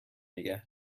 نگه